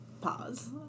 pause